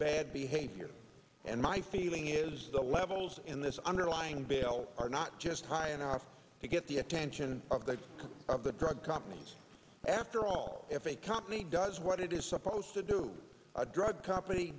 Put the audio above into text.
bad behavior and my feeling is the levels in this underlying bill are not just high enough to get the attention of the drug companies after all if a company does what it is supposed to do a drug company